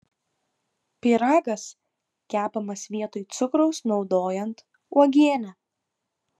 pyragas kepamas vietoj cukraus naudojant uogienę